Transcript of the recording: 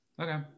Okay